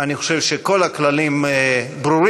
אני חושב שכל הכללים ברורים,